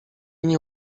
nie